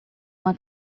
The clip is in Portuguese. uma